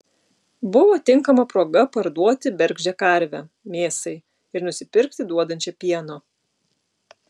buvo tinkama proga parduoti bergždžią karvę mėsai ir nusipirkti duodančią pieno